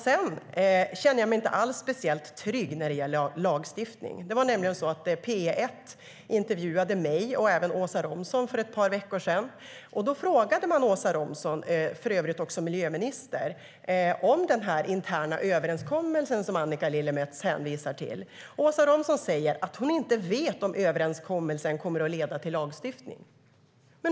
Sedan känner jag mig inte alls speciellt trygg när det gäller lagstiftning. Det var nämligen så att P1 intervjuade mig och även Åsa Romson för ett par veckor sedan. Då frågade man Åsa Romson, som för övrigt också är miljöminister, om den interna överenskommelse som Annika Lillemets hänvisar till. Åsa Romson säger att hon inte vet om överenskommelsen kommer att leda till lagstiftning.